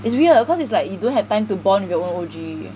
it's weird cause it's like you don't have time to bond with your own O_G